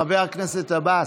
חבר הכנסת עבאס?